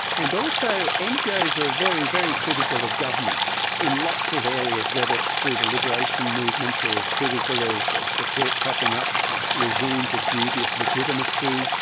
and also ngos were very, very critical of government in lots of areas, whether it's through the liberation movements or critical of of support propping up regimes of dubious legitimacy,